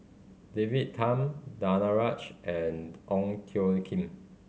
David Tham Danaraj and Ong Toe Kim